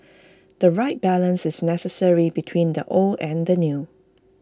the right balance is necessary between the old and the new